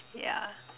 yeah